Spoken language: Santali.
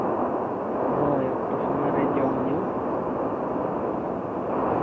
ᱦᱳᱭ ᱚᱠᱛᱚ ᱥᱚᱢᱚᱭᱨᱮ ᱡᱚᱢ ᱧᱩ ᱟᱨ